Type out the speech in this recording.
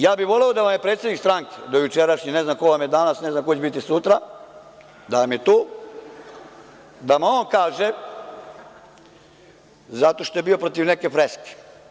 Ja bih voleo da vam je predsednik stranke, dojučerašnji, ne znam ko vam je danas, ne znam ko će biti sutra, da vam je tu, da nam on kaže, zašto je bio protiv neke freske.